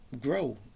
grow